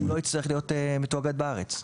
הוא לא יצטרך להיות מתואגד בארץ.